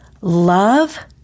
love